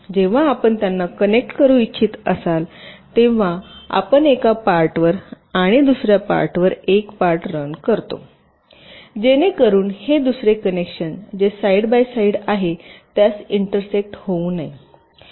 जेव्हा आपण त्यांना कनेक्ट करू इच्छित असाल तेव्हा आपण एका पार्टवर आणि दुसर्या पार्टवर एक पार्ट रन करतो जेणेकरून हे दुसरे कनेक्शन जे साईड बाय साईड आहे त्यास इंटरसेक्ट होऊ नये